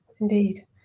Indeed